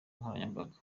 nkoranyambaga